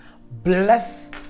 Bless